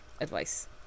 Advice